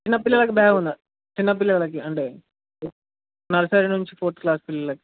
చిన్నపిల్లలకి బ్యాగ్ ఉందా చిన్నపిల్లలకి అంటే నర్సరీ నుంచి ఫోర్త్ క్లాస్ పిల్లలకి